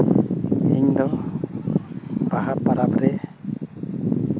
ᱤᱧᱫᱚ ᱵᱟᱦᱟ ᱯᱚᱨᱚᱵᱽ ᱨᱮ